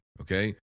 Okay